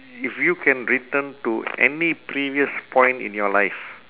if you can return to any previous point in your life